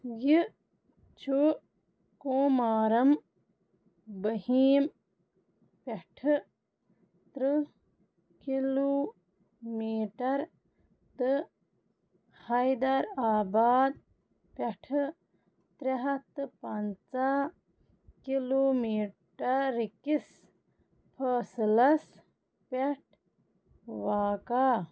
یہِ چھُ کومارم بھیم پٮ۪ٹھٕ ترٕٛہ کلوٗمیٹر تہٕ حیدرآباد پٮ۪ٹھٕ ترٛےٚ ہَتھ تہٕ پَنژاہ کلوٗمیٹر کِس فٲصلَس پٮ۪ٹھ واقع